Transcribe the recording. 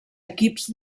equips